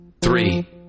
three